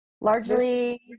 largely